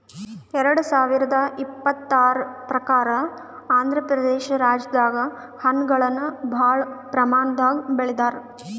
ಎರಡ ಸಾವಿರದ್ ಇಪ್ಪತರ್ ಪ್ರಕಾರ್ ಆಂಧ್ರಪ್ರದೇಶ ರಾಜ್ಯದಾಗ್ ಹಣ್ಣಗಳನ್ನ್ ಭಾಳ್ ಪ್ರಮಾಣದಾಗ್ ಬೆಳದಾರ್